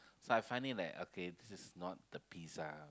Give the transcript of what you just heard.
so I find it like okay this is not the pizza